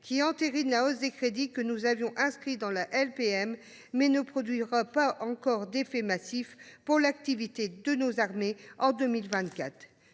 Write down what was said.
2024 entérine la hausse des crédits que nous avions inscrite dans la LPM, mais ne produira pas encore d’effets massifs sur l’activité de nos armées cette